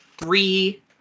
three